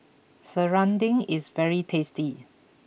Serunding is very tasty